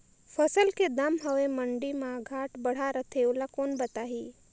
फसल के दम हवे मंडी मा घाट बढ़ा रथे ओला कोन बताही?